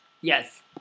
Yes